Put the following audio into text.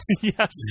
Yes